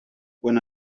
when